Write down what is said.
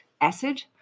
acid